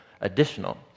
additional